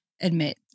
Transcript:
admit